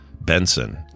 Benson